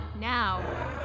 Now